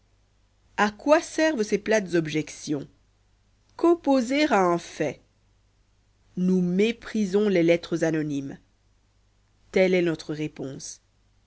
à quoi servent ces plates objections qu'opposer à un fait nous méprisons les lettres anonymes tel est notre réponse